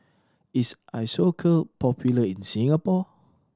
is Isocal popular in Singapore